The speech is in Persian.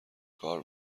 کار